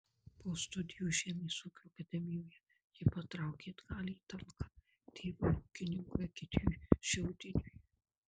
po studijų žemės ūkio akademijoje ji patraukė atgal į talką tėvui ūkininkui egidijui šiaudiniui